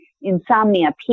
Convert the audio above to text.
insomnia